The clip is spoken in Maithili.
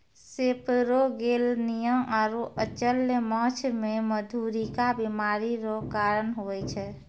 सेपरोगेलनिया आरु अचल्य माछ मे मधुरिका बीमारी रो कारण हुवै छै